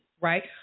right